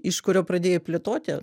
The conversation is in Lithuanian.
iš kurio pradėjai plėtoti